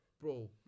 Bro